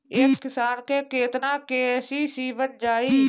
एक किसान के केतना के.सी.सी बन जाइ?